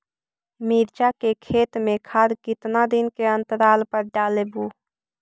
मिरचा के खेत मे खाद कितना दीन के अनतराल पर डालेबु?